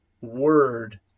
Word